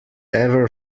ever